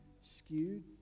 skewed